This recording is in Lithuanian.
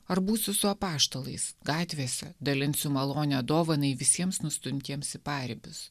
ar būsiu su apaštalais gatvėse dalinsiu malonią dovaną visiems nustumtiems į paribius